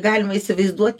galima įsivaizduot